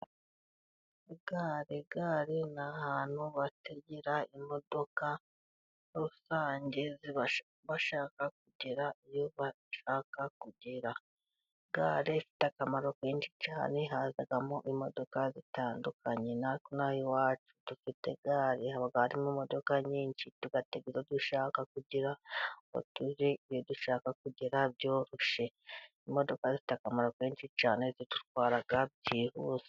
Gare, gare ni ahantu bategera imodoka rusange bashaka kugera iyo bashaka kugera. Gare ifite akamaro kenshi cyane. Hazamo imodoka zitandukanye. natwe inaha iwacu dufite gare, haba mu modoka nyinshi tugatega iyo dushaka kugira ngo tugere iyo dushaka kugera byoroshe. Imodoka zifite akamaro kenshi cyane zidutwara byihuse.